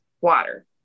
water